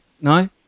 No